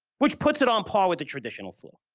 which puts it on par with the traditional flu,